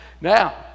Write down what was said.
Now